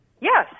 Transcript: Yes